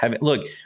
Look